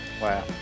wow